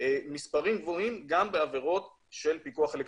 מספרים גבוהים גם בעבירות של פיקוח אלקטרוני.